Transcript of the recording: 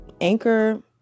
anchor